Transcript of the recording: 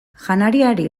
janariari